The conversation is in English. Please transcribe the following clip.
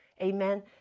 Amen